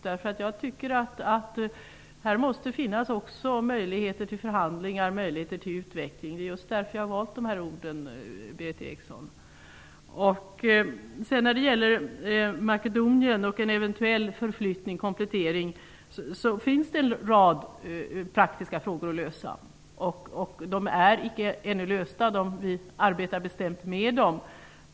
Här måste nämligen också finnas möjligheter till förhandlingar och utveckling; just därför har jag valt dessa ord, Berith Eriksson. Vad gäller Makedonien och en eventuell förflyttning, komplettering, av FN-styrkorna finns det en rad praktiska problem att lösa. Dessa är ännu icke lösta, och vi arbetar bestämt med dem.